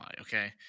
Okay